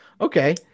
Okay